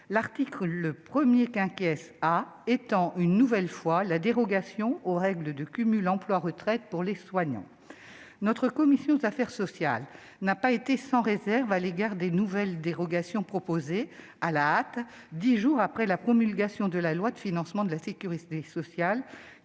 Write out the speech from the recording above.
l'article 1 étend une nouvelle fois la dérogation aux règles de cumul emploi-retraite pour les soignants. Notre commission des affaires sociales s'est montrée réservée sur les nouvelles dérogations proposées à la hâte dix jours après la promulgation de la loi de financement de la sécurité sociale,